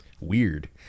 weird